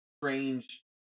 strange